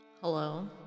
Hello